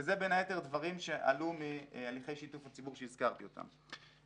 וזה בין היתר דברים שעלו מהליכי שיתוף הציבור שהזכרתי אותם.